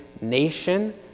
nation